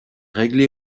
réglé